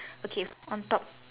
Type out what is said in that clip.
okay on top